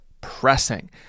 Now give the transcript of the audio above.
pressing